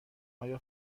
آیا